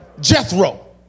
Jethro